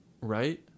right